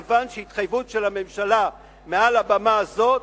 כיוון שהתחייבות של הממשלה מעל הבמה הזאת,